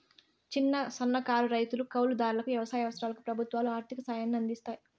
చిన్న, సన్నకారు రైతులు, కౌలు దారులకు వ్యవసాయ అవసరాలకు ప్రభుత్వాలు ఆర్ధిక సాయాన్ని అందిస్తాయి